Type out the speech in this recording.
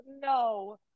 no